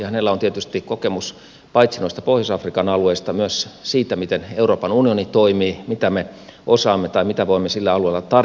hänellä on tietysti kokemus paitsi noista pohjois afrikan alueista myös siitä miten euroopan unioni toimii mitä me osaamme tai mitä voimme sillä alueella tarjota